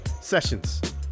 Sessions